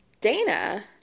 Dana